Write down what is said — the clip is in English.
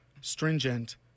stringent